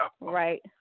Right